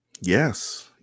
Yes